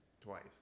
twice